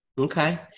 Okay